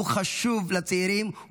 הוא חשוב לצעירים,